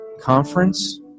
conference